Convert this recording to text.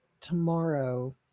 tomorrow